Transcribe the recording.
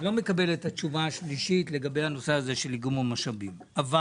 לא מקבל את התשובה השלישית לגבי הנושא הזה של איגום המשאבים אבל